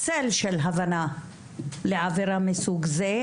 צל של הבנה לעבירה מסוג זה.